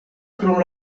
krom